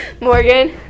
Morgan